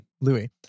Louis